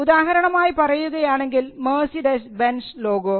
ഉദാഹരണമായി പറയുകയാണെങ്കിൽ Mercedes Benz logo